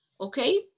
Okay